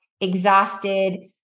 exhausted